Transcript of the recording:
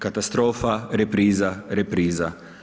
Katastrofa, repriza, repriza.